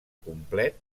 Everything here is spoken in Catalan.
complet